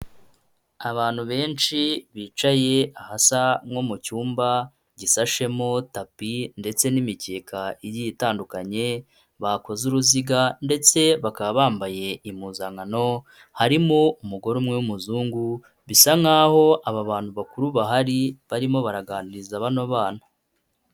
Abantu benshi bicaye ahasa nko mu cyumba gisashemo tapi ndetse n'imikeka igiye itandukanye bakoze uruziga ndetse bakaba bambaye impuzankano, harimo umugore umwe w'umuzungu bisa nk'aho aba bantu bakuru bahari barimo baraganiriza bano bana.